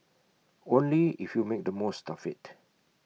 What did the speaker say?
only if you make the most of IT